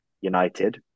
United